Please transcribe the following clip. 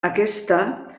aquesta